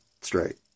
straight